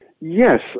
Yes